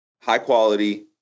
high-quality